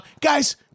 Guys